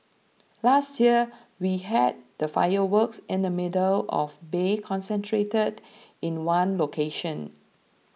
last year we had the fireworks in the middle of the bay concentrated in one location